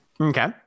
okay